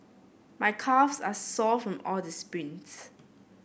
my calves are sore from all the sprints